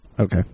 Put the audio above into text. Okay